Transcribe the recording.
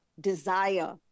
desire